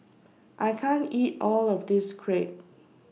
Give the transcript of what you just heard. I can't eat All of This Crepe